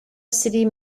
city